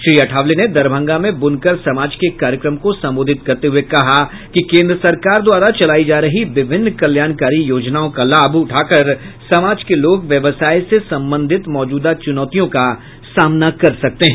श्री अठावले ने दरभंगा में बूनकर समाज के एक कार्यक्रम को संबोधित करते हुए कहा कि केन्द्र सरकार द्वारा चलायी जा रही विभिन्न कल्याणकारी योजनाओं का लाभ उठाकर समाज के लोग व्यवसाय से संबंधित मौजूदा चुनौतियों का सामना कर सकते हैं